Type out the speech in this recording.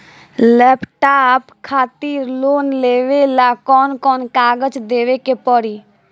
Laptop खातिर loan लेवे ला कौन कौन कागज देवे के पड़ी?